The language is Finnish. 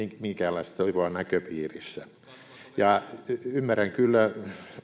minkäänlaista toivoa näköpiirissä ymmärrän kyllä